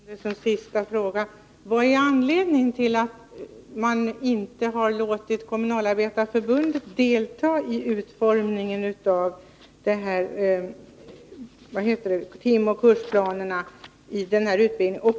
Herr talman! Jag vill till Ulla Tillander ställa ett par avslutande frågor. Vad är anledningen till att man inte har låtit Kommunalarbetareförbundet delta i utformningen av timoch kursplanerna i denna utbildning.